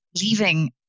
leaving